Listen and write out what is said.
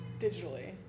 Digitally